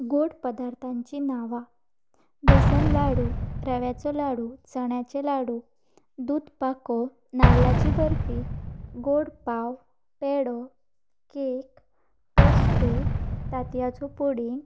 गोड पदार्थांची नांवां बेसन लाडू रव्याचो लाडू चण्याचे लाडू दूद पाको नाल्लाची बर्फी गोड पाव पेडो केक पेस्ट्री तांतयांचो पुडींग